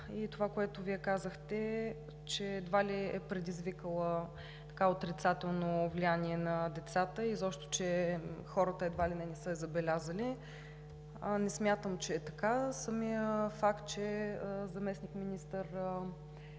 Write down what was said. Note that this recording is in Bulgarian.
и това, което Вие казахте, че едва ли е предизвикала отрицателно влияние на децата, изобщо, че хората едва ли не не са я забелязали, не смятам, че е така. Самият факт, че заместник-министър